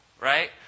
right